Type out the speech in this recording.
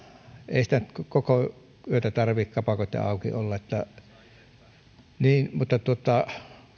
ei sitä nyt koko yötä tarvitse kapakoitten auki olla niin mutta mutta